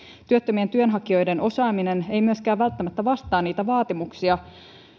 työttömien työnhakijoiden osaaminen ei myöskään välttämättä vastaa niitä vaatimuksia